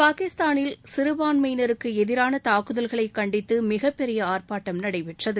பாகிஸ்தானில் சிறபான்மையினருக்கு எதிரான தாக்குதல்களை கண்டித்து மிகப்பெரிய ஆர்ப்பாட்டம் நடைபெற்றது